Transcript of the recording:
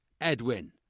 Edwin